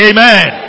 Amen